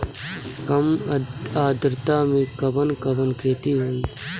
कम आद्रता में कवन कवन खेती होई?